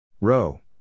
Row